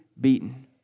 beaten